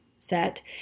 Set